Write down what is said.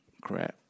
Crap